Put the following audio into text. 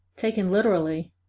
taken literally,